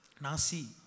Nasi